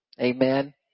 Amen